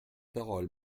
parole